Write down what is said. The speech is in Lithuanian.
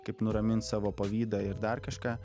kaip nuramint savo pavydą ir dar kažką